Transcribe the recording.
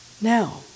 Now